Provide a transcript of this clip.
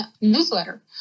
newsletter